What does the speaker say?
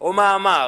או מאמר